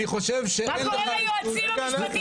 אני חושב שאין לך זכות -- מה קורה ליועצים המשפטיים?